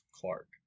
Clark